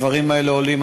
הדברים האלה עולים.